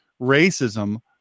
racism